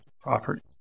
properties